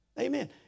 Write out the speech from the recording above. Amen